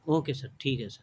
okay sir ٹھیک ہے سر